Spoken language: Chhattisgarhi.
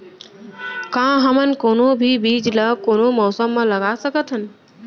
का हमन कोनो भी बीज ला कोनो मौसम म लगा सकथन?